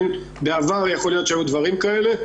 בעבר יכול להיות שהיו דברים כאלה,